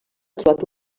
trobat